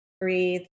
breathe